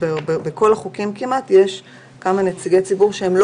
בכל החוקים כמעט יש כמה נציגי ציבור שלא